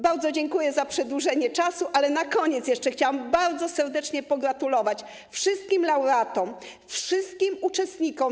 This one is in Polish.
Bardzo dziękuję za przedłużenie czasu, ale na koniec jeszcze chciałam bardzo serdecznie pogratulować wszystkim laureatom, wszystkim uczestnikom.